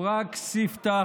הוא רק ספתח,